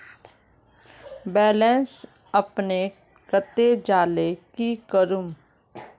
Balance अपने कते जाले की करूम?